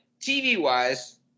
TV-wise